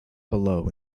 below